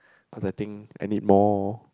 cause I think I need more